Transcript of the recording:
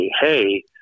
hey